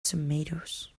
tomatoes